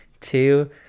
two